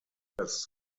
this